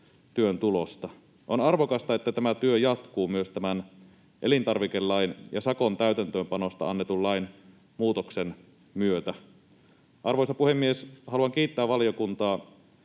työn tulosta. On arvokasta, että tämä työ jatkuu myös tämän elintarvikelain ja sakon täytäntöönpanosta annetun lain muutoksen myötä. Arvoisa puhemies! Haluan kiittää valiokuntaa